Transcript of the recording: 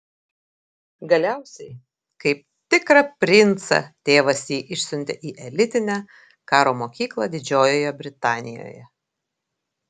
galiausiai kaip tikrą princą tėvas jį išsiuntė į elitinę karo mokyklą didžiojoje britanijoje